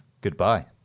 goodbye